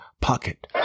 pocket